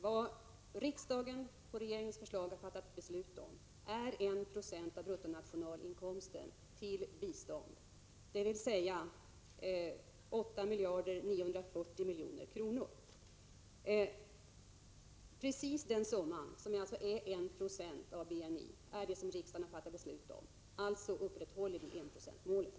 Vad riksdagen på regeringens förslag har fattat beslut om är att 1 26 av bruttonationalinkomsten skall gå till bistånd, dvs. 8 940 milj.kr. Precis den summan, som är 1 20 av BNI, är det som riksdagen har fattat beslut om. Alltså upprätthåller vi enprocentsmålet.